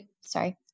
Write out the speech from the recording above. sorry